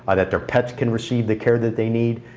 ah that their pets can receive the care that they need,